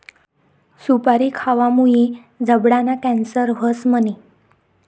सुपारी खावामुये जबडाना कॅन्सर व्हस म्हणे?